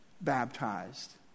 baptized